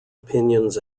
opinions